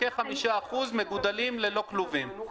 כ-5% מגודלים ללא כלובים.